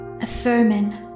Affirming